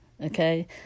okay